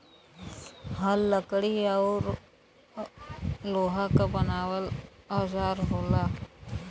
हल लकड़ी औरु लोहा क बनावल औजार होला